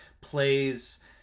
plays